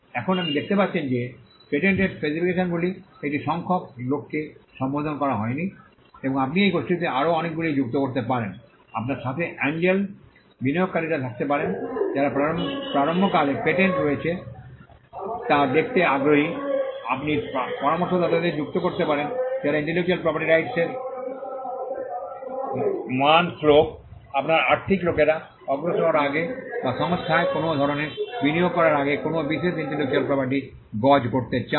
এখন আপনি দেখতে পাচ্ছেন যে পেটেন্টের স্পেসিফিকেশনগুলি একটি সংখ্যক লোককে সম্বোধন করা হয়নি এবং আপনি এই গোষ্ঠীতে আরও অনেকগুলি যুক্ত করতে পারেন আপনার সাথে অ্যাঞ্জেল বিনিয়োগকারীরা থাকতে পারেন যারা প্রারম্ভকালে পেটেন্ট রয়েছে তা দেখতে আগ্রহী আপনি পরামর্শদাতাদের যুক্ত করতে পারেন যারা ইন্টেলেকচুয়াল প্রপার্টি রাইটস মান শ্লোক আপনার আর্থিক লোকেরা অগ্রসর হওয়ার আগে বা সংস্থায় কোনও ধরণের বিনিয়োগ করার আগে কোনও বিশেষ ইন্টেলেকচুয়াল প্রপার্টি গজ করতে চান